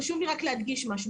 חשוב לי רק להדגיש משהו,